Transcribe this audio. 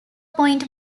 point